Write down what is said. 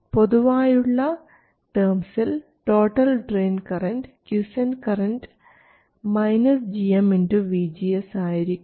പൊതുവായുള്ള ടേംസിൽ total drain current quiescent current gm vGS ആയിരിക്കും